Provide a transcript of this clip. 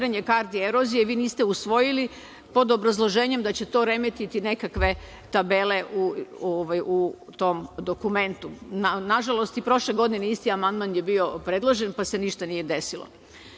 karte erozije, vi niste usvojili, pod obrazloženjem da ćete remetiti nekakve tabele u tom dokumentu. Nažalost, i prošle godine je isti amandman bio predložen, pa se ništa nije